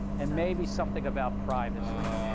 and maybe something about privacy,